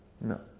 no